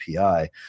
API